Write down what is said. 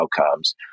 outcomes